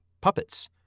puppets